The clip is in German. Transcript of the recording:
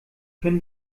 können